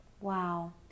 Wow